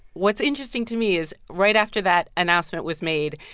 what's interesting to me is right after that announcement was made,